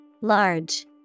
Large